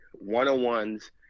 One-on-ones